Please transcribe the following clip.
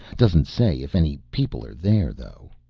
doesn't say if any people are there though.